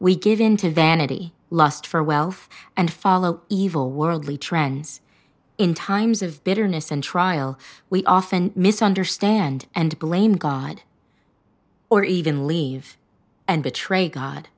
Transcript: we give into vanity lust for wealth and follow evil worldly trends in times of bitterness and trial we often misunderstand and blame god or even leave and betray god